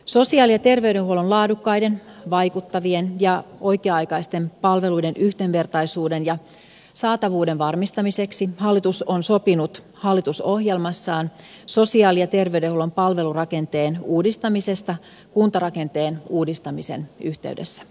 sosiaali ja terveydenhuollon laadukkaiden vaikuttavien ja oikea aikaisten palveluiden yhdenvertaisuuden ja saatavuuden varmistamiseksi hallitus on sopinut hallitusohjelmassaan sosiaali ja terveydenhuollon palvelurakenteen uudistamisesta kuntarakenteen uudistamisen yhteydessä